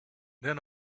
then